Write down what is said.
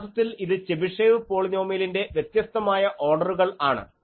യഥാർത്ഥത്തിൽ ഇത് ചെബിഷേവ് പോളിനോമിയലിന്റെ വ്യത്യസ്തമായ ഓർഡറുകൾ ആണ്